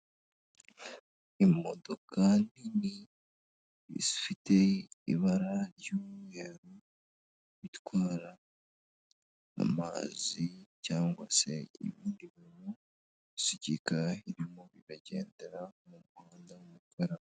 Imodoka nini ifite ibara ry'umweru itwara mu mazi cyangwa se ibindi bintu bisukika irimo iragendera mu muhanda w'umukara.